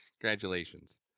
Congratulations